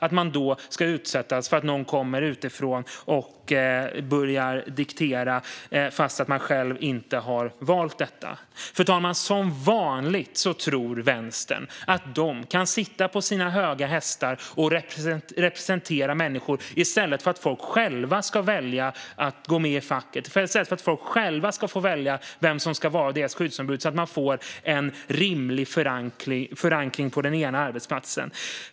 Där ska man utsättas för att någon kommer utifrån och börjar diktera, trots att man själv inte har valt detta. Fru talman! Som vanligt tror Vänstern att de kan sitta på höga hästar och representera människor i stället för att folk själva får välja vem som ska vara deras skyddsombud så att de får en rimlig förankring på den egna arbetsplatsen.